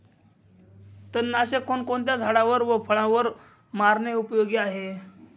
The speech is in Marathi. तणनाशक कोणकोणत्या झाडावर व फळावर मारणे उपयोगी आहे?